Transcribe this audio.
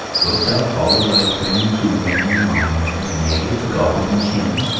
wilt thou follow thy whim to win my merry maid of the goblin kin?